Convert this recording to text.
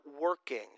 working